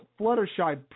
Fluttershy